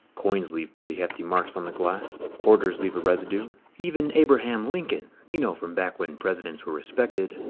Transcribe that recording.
coins leave pretty hefty marks on the glass. quarters leave a residue. even abraham lincoln, you know, from back when presidents were respected,